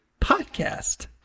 Podcast